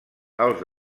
els